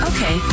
Okay